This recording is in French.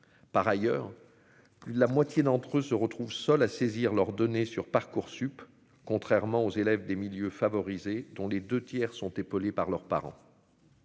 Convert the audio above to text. par ailleurs plus de la moitié d'entre eux se retrouvent seuls à saisir leurs données sur Parcoursup contrairement aux élèves des milieux favorisés, dont les 2 tiers sont épaulés par leurs parents